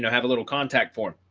have a little contact form.